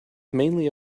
mainly